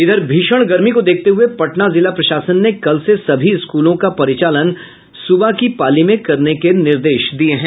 इधर भीषण गर्मी को देखते हुये पटना जिला प्रशासन ने कल से सभी स्कूलों का परिचालन सुबह की पाली में करने के निर्देश दिये हैं